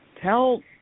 Tell